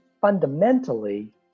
Fundamentally